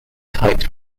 types